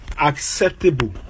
Acceptable